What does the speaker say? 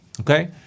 Okay